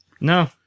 no